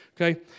okay